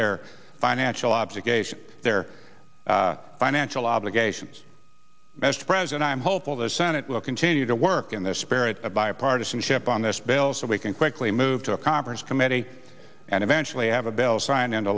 their financial obligations their financial obligations best friends and i am hopeful the senate will continue to work in the spirit of bipartisanship on this bill so we can quickly move to a conference committee and eventually have a bill signed into